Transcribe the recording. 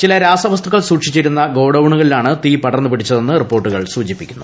ചില രാസവസ്തുക്കൾ സൂക്ഷിച്ചിരുന്ന ഗോഡൌണുകളിലാണ് തീ പടർന്ന് പിടിച്ചതെന്ന് റിപ്പോർട്ടുകൾ സൂചിപ്പിക്കുന്നു